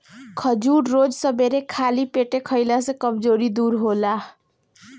खजूर रोज सबेरे खाली पेटे खइला से कमज़ोरी दूर होला